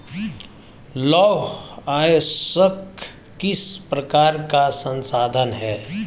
लौह अयस्क किस प्रकार का संसाधन है?